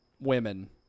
women